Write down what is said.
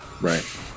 right